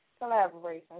collaboration